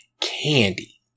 candy